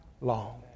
long